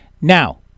Now